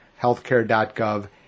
healthcare.gov